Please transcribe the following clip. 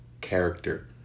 character